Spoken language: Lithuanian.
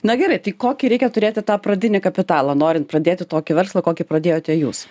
na gerai tai kokį reikia turėti tą pradinį kapitalą norint pradėti tokį verslą kokį pradėjote jūs